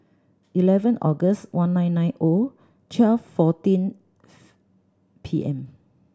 eleven August one nine nine O twelve fourteenth P M